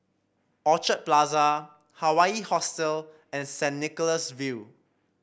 Orchid Plaza Hawaii Hostel and Saint Nicholas View